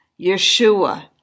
Yeshua